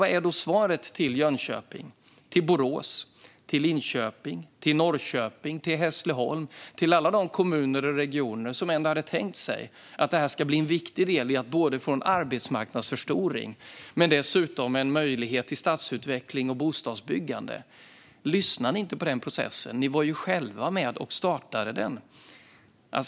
Vad är då svaret till Jönköping, Borås, Linköping, Norrköping och Hässleholm, till alla de kommuner och regioner som har tänkt sig att det här ska bli en viktig del för att få en arbetsmarknadsförstoring och dessutom en möjlighet till stadsutveckling och bostadsbyggande? Lyssnar ni inte på den processen? Ni var ju själva med och startade den.